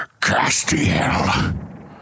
Castiel